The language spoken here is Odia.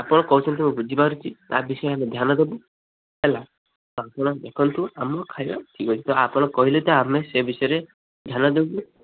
ଆପଣ କହୁଛନ୍ତି ମୁଁ ବୁଝିପାରୁଛି ତା ବିଷୟରେ ଆମେ ଧ୍ୟାନ ଦବୁ ହେଲା ଆପଣ ଦେଖନ୍ତୁ ଆମ ଖାଇବା ଠିକ୍ ଅଛି ତ ଆପଣ କହିଲେ ଆମେ ସେ ବିଷୟରେ ଧ୍ୟାନ ଦବୁ